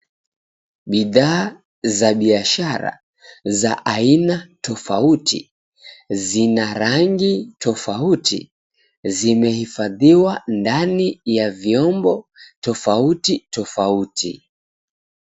Bidhaa za biashara, za aina tofauti zina rangi tofauti, zimehifadhiwa ndani ya vyombo tofauti tofauti.